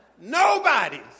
Nobody's